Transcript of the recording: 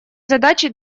задачи